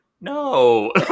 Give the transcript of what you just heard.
no